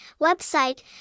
website